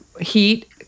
heat